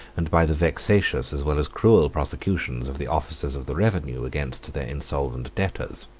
and by the vexatious as well as cruel prosecutions of the officers of the revenue against their insolvent debtors.